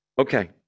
Okay